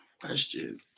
question